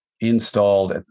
installed